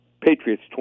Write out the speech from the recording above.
Patriots